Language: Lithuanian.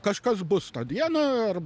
kažkas bus tą dieną arba